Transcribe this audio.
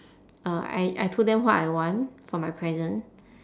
uh I I told them what I want for my present